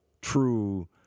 true